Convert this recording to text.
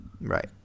Right